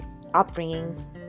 upbringings